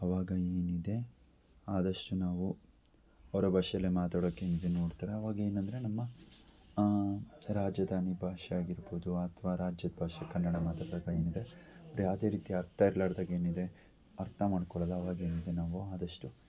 ಅವಾಗ ಏನಿದೆ ಆದಷ್ಟು ನಾವು ಅವರ ಭಾಷೆಲ್ಲೆ ಮಾತಾಡೋಕ್ಕೆ ಏನಿದೆ ನೋಡ್ತಾರೆ ಅವಾಗ ಏನಂದರೆ ನಮ್ಮ ರಾಜಧಾನಿ ಭಾಷೆ ಆಗಿರ್ಬೋದು ಅಥವಾ ರಾಜ್ಯದ ಭಾಷೆ ಕನ್ನಡ ಮಾತಾಡಬೇಕಾಗಿದ್ರೆ ಯಾವುದೇ ರೀತಿ ಅರ್ಥ ಇರ್ಲಾರ್ದಾಗ ಏನಿದೆ ಅರ್ಥ ಮಾಡ್ಕೊಳ್ಳೋಲ್ಲ ಆವಾಗ ಏನಿದೆ ನಾವು ಆದಷ್ಟು